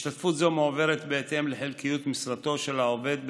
השתתפות זו מועברת בהתאם לחלקיות משרתו של העובד בפועל.